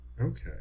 Okay